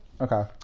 Okay